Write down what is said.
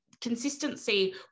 consistency